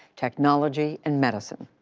technology and medicine.